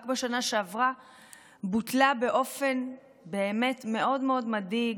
רק בשנה שעברה בוטלה באופן באמת מאוד מאוד מדאיג,